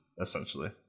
Essentially